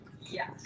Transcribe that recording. Yes